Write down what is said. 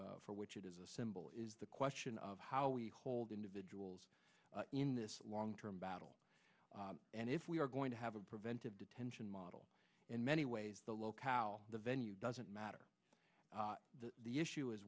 of for which it is a symbol is the question of how we hold individuals in this long term battle and if we are going to have a preventive detention model in many ways the locale the venue doesn't matter the issue is